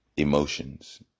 Emotions